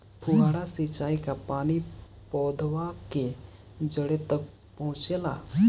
फुहारा सिंचाई का पानी पौधवा के जड़े तक पहुचे ला?